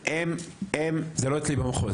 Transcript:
-- זה לא אצלי במחוז.